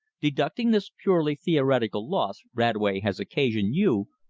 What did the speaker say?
deducting this purely theoretical loss radway has occasioned you,